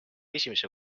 esimesel